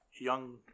young